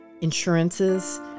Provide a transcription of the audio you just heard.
insurances